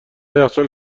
یخچال